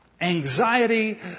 anxiety